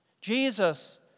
Jesus